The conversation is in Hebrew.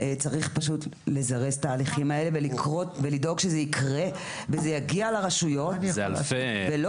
צריך פשוט לזרז תהליכים האלה ולדאוג שזה ייקרה וזה יגיע לרשויות ולא